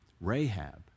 Rahab